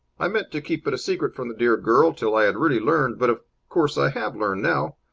i meant to keep it a secret from the dear girl till i had really learned, but of course i have learned now.